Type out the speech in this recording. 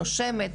נושמת,